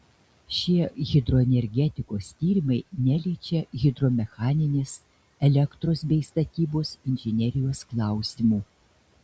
šie hidroenergetikos tyrimai neliečia hidromechaninės elektros bei statybos inžinerijos klausimų